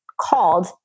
called